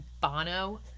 Bono